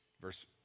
Verse